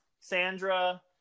Sandra